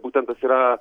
būtent tas yra